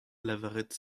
lavaret